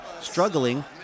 struggling